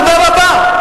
תודה רבה.